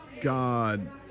God